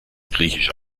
griechische